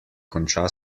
konča